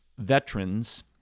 veterans